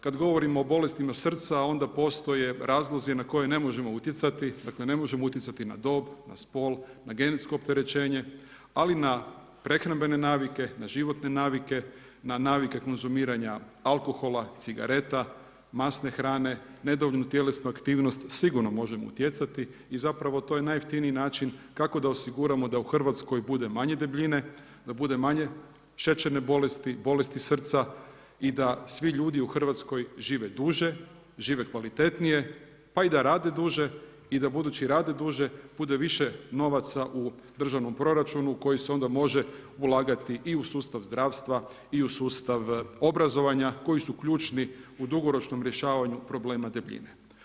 Kada govorimo o bolestima srca, onda postoje razlozi na koje ne možemo utjecati, dakle ne možemo utjecati na dob, spol, na genetsko opterećenje ali na prehrambene navije, na životne navike, na navike konzumiranja alkohola, cigareta, masne hrane, nedovoljnu tjelesnu aktivnost sigurno možemo utjecati, i zapravo to je najjeftiniji način kako da osiguramo da z Hrvatskoj bude manje debljine, da bude manje šećerne bolesti, bolesti srca i da svi ljudi u Hrvatskoj žive duže, žive kvalitetnije, pa i da rade duže i da budući rade duže, bude više novaca u državnom proračunu koji se onda može ulagati i u sustav zdravstva i u sustav obrazovanja, koji su ključni u dugoročnom rješavanju problema debljine.